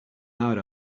out